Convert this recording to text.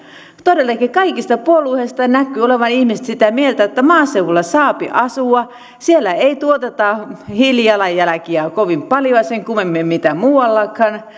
todellakin kaikista puolueista näkyvät olevan ihmiset sitä mieltä että maaseudulla saapi asua siellä ei tuoteta hiilijalanjälkiä kovin paljon sen kummemmin mitä muuallakaan